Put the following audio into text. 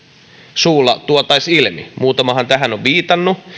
suulla tuotaisiin ilmi muutamahan tähän on viitannut